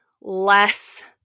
less